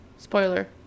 Spoiler